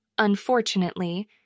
unfortunately